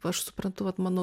aš suprantu vat mano